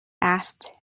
asked